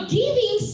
giving